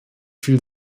viel